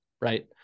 Right